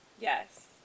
Yes